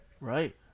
Right